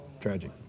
tragic